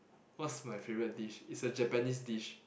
what's my favourite dish is a Japanese dish